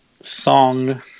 song